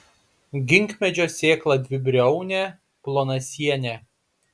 ginkmedžio sėkla dvibriaunė plonasienė